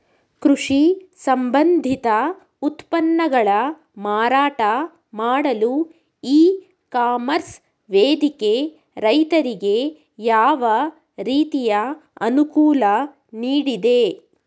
ಕೃಷಿ ಸಂಬಂಧಿತ ಉತ್ಪನ್ನಗಳ ಮಾರಾಟ ಮಾಡಲು ಇ ಕಾಮರ್ಸ್ ವೇದಿಕೆ ರೈತರಿಗೆ ಯಾವ ರೀತಿ ಅನುಕೂಲ ನೀಡಿದೆ?